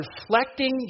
reflecting